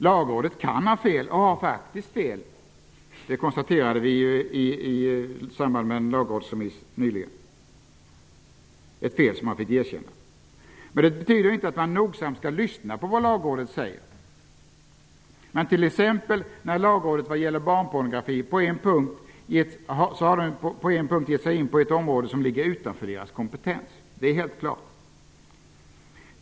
Lagrådet kan ha fel och har faktiskt haft fel. Det konstaterade vi ju i samband med en lagrådsremiss nyligen. Men det betyder inte att man inte nogsamt skall lyssna på vad Lagrådet säger. När det gäller barnpornografi har emellertid Lagrådet givit sig in på ett område, som helt klart ligger utanför dess kompentens.